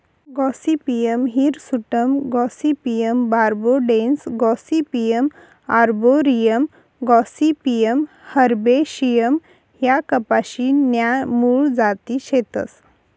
Gossypium hirsutum Gossypium barbadense Gossypium arboreum Gossypium herbaceum ह्या कपाशी न्या मूळ जाती शेतस